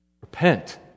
Repent